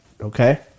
Okay